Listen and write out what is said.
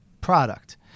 product